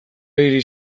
ari